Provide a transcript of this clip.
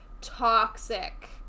toxic